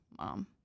mom